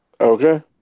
Okay